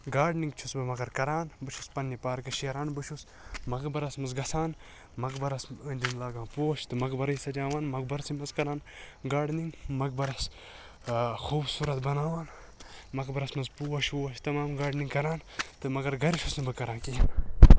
gardening چھُس بہٕ مَگَر کَران بہٕ چھُس پَننہِ پارکہٕ شیران بہٕ چھُس مَقبَرَس مَنٛز گَژھان مَقبَرَس أنٛدۍ أنٛدۍ لاگان پوش تہٕ مَقبَرٕے سَجاوان مَقبَرسٕے مَنٛز کَران گاڈنِنٛگ مَقبَرَس خوٗبصورَت بَناوان مَقبَرَس مَنٛز پوش ووش تَمام گاڈنِنٛگ کَران تہٕ مَگَر گَرِ چھُس نہٕ بہٕ کران کِہیٖنٛۍ